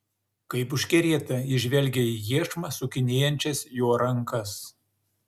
kaip užkerėta ji žvelgė į iešmą sukinėjančias jo rankas